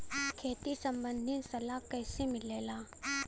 खेती संबंधित सलाह कैसे मिलेला?